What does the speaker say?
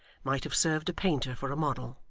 might have served a painter for a model.